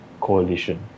Coalition